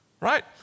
Right